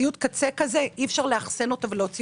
ציוד קצה כזה אי-אפשר לאחסן אותו ולהוציא